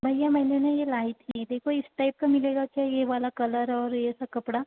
भैया मैंने ना यह लाइक की देखो इस टाइप का मिलेगा क्या यह वाला कलर और यह ऐसा कपड़ा